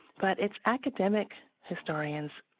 but it's academic historians